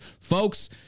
folks